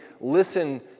listen